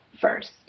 first